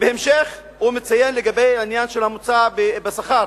בהמשך הוא מציין לגבי העניין של ממוצע השכר: